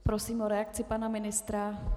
Prosím o reakci pana ministra.